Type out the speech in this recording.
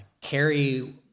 carry